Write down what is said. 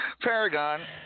Paragon